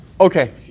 Okay